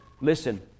Listen